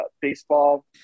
baseball